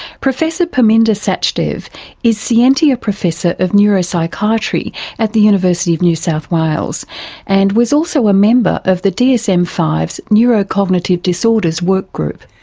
professor perminder sachdev is scientia professor of neuropsychiatry at the university of new south wales and was also a member of the dsm five s neurocognitive disorders workgroup.